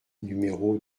numéro